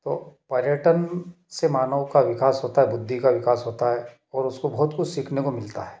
तो पर्यटन से मानव का विकास होता है बुद्धि का विकास होता है और उसको बहुत कुछ सीखने को मिलता है